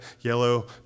yellow